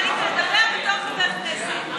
אתה עלית לדבר בתור חבר כנסת.